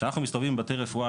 כשאנחנו מסתובבים בבתי רפואה,